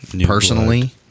personally